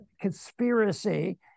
conspiracy